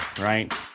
right